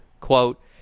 quote